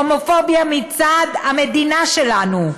הומופוביה מצד המדינה שלנו,